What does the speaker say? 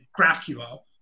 GraphQL